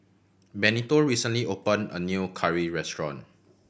Benito recently opened a new curry restaurant